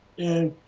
and,